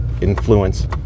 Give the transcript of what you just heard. influence